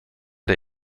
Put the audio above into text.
der